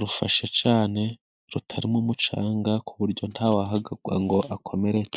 rufashe cane, rutarimo umucanga ku buryo ntawahagwa ngo akomerereke.